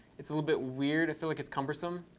it's a little bit weird. i feel like it's cumbersome.